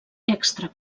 extra